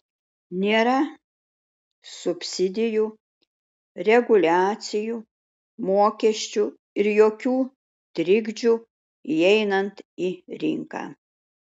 nėra subsidijų reguliacijų mokesčių ir jokių trikdžių įeinant į rinką